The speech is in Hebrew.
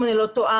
אם אני לא טועה,